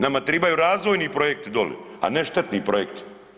Nama tribaju razvojni projekti doli, a ne štetni projekti.